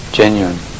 genuine